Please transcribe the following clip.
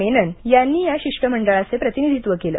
मेनन यांनी ह्या शिष्टमंडळाचे प्रतिनिधित्व केले